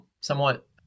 somewhat